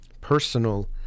personal